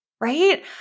right